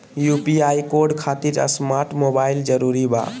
UPI code खातिर smart mobile जरूरी बा?